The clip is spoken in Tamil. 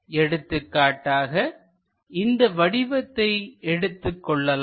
எடுத்துக்காட்டாக இந்த வடிவத்தை எடுத்துக் கொள்ளலாம்